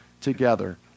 together